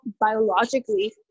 biologically